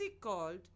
called